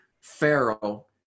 Pharaoh